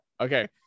Okay